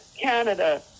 Canada